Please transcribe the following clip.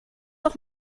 doch